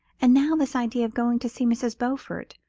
and now this idea of going to see mrs. beaufort,